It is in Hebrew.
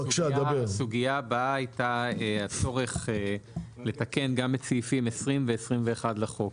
הסוגיה הבאה הייתה הצורך לתקן גם את סעיפים 20 ו-21 לחוק.